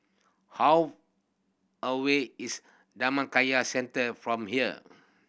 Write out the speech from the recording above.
how away is Dhammakaya Centre from here